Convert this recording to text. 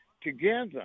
together